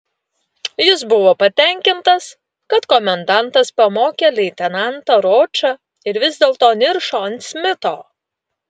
jis buvo patenkintas kad komendantas pamokė leitenantą ročą ir vis dėlto niršo ant smito